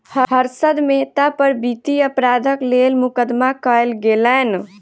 हर्षद मेहता पर वित्तीय अपराधक लेल मुकदमा कयल गेलैन